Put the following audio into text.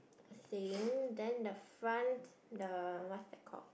same then the front the what's that called